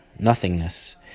nothingness